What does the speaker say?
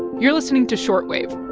you're listening to short wave